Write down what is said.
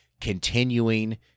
continuing